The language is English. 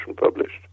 published